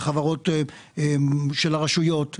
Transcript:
לחברות של הרשויות,